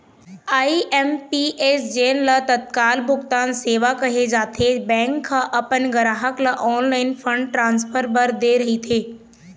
IMPS जेन ल तत्काल भुगतान सेवा कहे जाथे, बैंक ह अपन गराहक ल ऑनलाईन फंड ट्रांसफर बर दे रहिथे